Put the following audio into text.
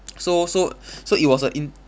so so so it was a in~